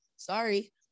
sorry